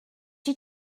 she